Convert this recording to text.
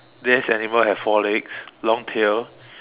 this animal have four legs long tail